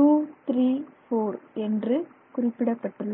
234 என்று குறிப்பிடப்பட்டுள்ளன